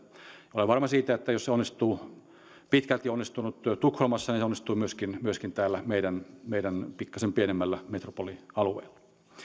olen varma siitä että jos se on pitkälti onnistunut tukholmassa niin se onnistuu myöskin myöskin täällä meidän meidän pikkasen pienemmällä metropolialueella